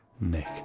Nick